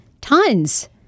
Tons